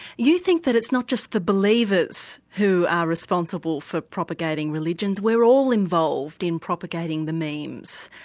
you think that it's not just the believers who are responsible for propagating religions, we're all involved in propagating the memes.